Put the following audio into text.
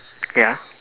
ya